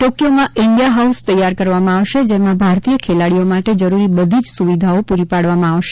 ટોક્યોમાં India house તૈયાર કરવામાં આવશે જેમા ભારતીય ખેલાડીઓ માટે જરૂરી બધી જ સુવીધાઓ પુરી પાડવામા આવશે